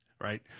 Right